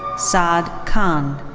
saad khan.